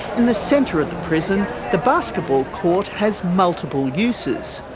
in the centre of the prison the basketball court has multiple uses.